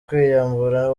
kwiyambura